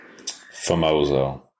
Famoso